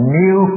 new